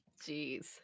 Jeez